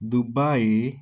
Dubai